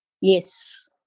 Yes